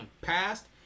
passed